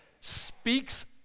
speaks